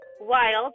wild